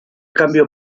cambio